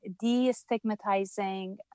de-stigmatizing